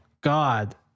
God